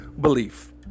belief